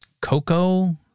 Coco